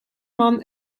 man